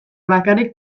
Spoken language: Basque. bakarrik